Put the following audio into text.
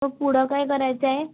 मग पुढे काय करायचं आहे